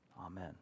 Amen